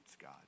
God